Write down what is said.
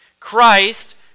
Christ